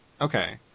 Okay